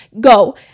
go